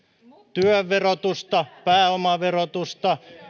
työn verotusta pääomaverotusta